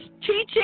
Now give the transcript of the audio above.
teaching